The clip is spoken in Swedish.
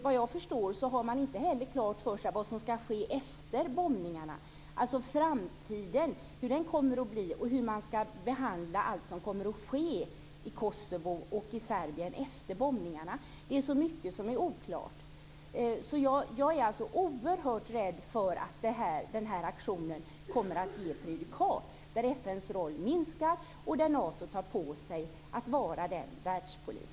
Vad jag förstår har man inte klart för sig vad som skall ske efter bombningarna, alltså hur framtiden kommer att bli och hur man skall behandla allt som kommer att ske i Kosovo och i Serbien efter bombningarna. Det är så mycket som är oklart. Jag är alltså oerhört rädd för att den här aktionen kommer att ge prejudikat där FN:s roll minskar och Nato tar på sig att vara världspolis.